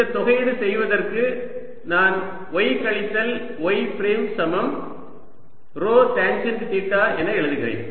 இந்த தொகையீடு செய்வதற்கு நான் y கழித்தல் y பிரைம் சமம் ρ டேன்ஜெண்ட் தீட்டா என எழுதுகிறேன்